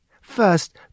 First